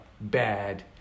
bad